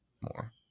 more